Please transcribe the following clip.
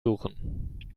suchen